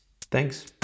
Thanks